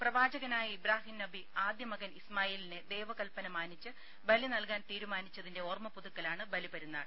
പ്രവാചകനായ ഇബ്രാഹിം നബി ആദ്യ മകൻ ഇസ്മായിലിനെ ദൈവ കൽപന മാനിച്ച് ബലി നൽകാൻ തീരുമാനിച്ചതിന്റെ ഓർമ പുതുക്കലാണ് ബലിപെരുന്നാൾ